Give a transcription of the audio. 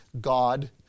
god